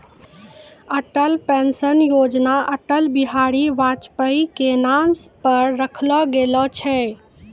Atal pension योजना अटल बिहारी वाजपेई के नाम पर रखलो गेलो छै